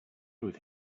matter